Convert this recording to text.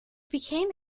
became